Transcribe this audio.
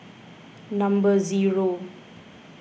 number zero